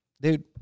dude